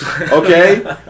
Okay